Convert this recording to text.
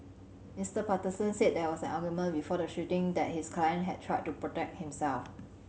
Mister Patterson said there was an argument before the shooting and that his client had tried to protect himself